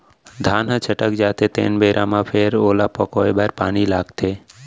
धान ह छटक जाथे तेन बेरा म फेर ओला पकोए बर पानी लागथे